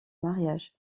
mariage